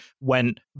went